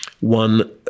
One